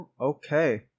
okay